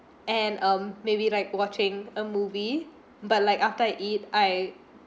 and um maybe like watching a movie but like after I eat I